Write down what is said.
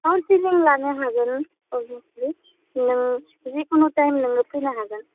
counselling लानो हागोन अभियेस्लि नों जिखुनु टाइम नोङो फैनो हागोन